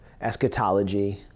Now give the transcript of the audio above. eschatology